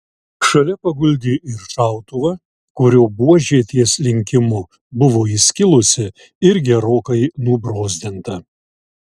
šalia paguldė ir šautuvą kurio buožė ties linkimu buvo įskilusi ir gerokai nubrozdinta